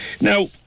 Now